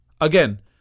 Again